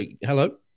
hello